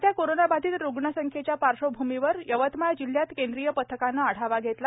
वाढत्या कोरोनाबाधित रुग्ण संख्येच्या पार्श्वभूमीवर यवतमाळ जिल्ह्यात केंद्रीय पथकाने आढावा घेतला